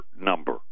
number